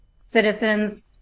citizens